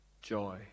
joy